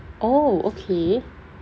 oh okay